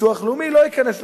ביטוח לאומי לא ייכנס לסיפור,